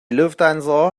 lufthansa